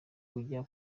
kujya